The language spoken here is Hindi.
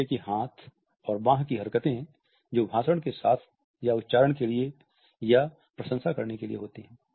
जैसे कि हाथ और बांह की हरकतें जो भाषण के साथ या उच्चारण के लिए या प्रशंसा करने के लिए होती हैं